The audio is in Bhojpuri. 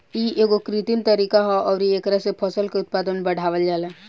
इ एगो कृत्रिम तरीका ह अउरी एकरा से फसल के उत्पादन बढ़ावल जाला